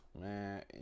man